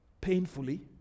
painfully